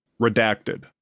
Redacted